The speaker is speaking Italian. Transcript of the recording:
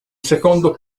secondo